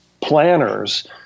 planners